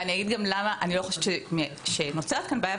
ואני אגיד גם למה אני לא חושבת שנוצרת פה בעיה,